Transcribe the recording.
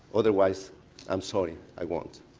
otherwise i'm sorry. i won't.